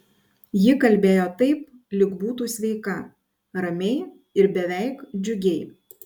ji kalbėjo taip lyg būtų sveika ramiai ir beveik džiugiai